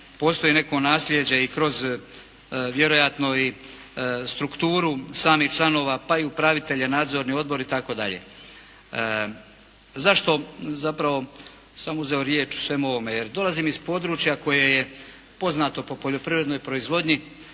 postoji neko nasljeđe i kroz vjerojatno i strukturu samih članova, pa i upravitelja nadzorni odbor, itd. Zašto zapravo sam uzeo riječ u svemu ovome? Jer dolazim iz područja koje je poznato po poljoprivrednoj proizvodnji.